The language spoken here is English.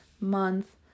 month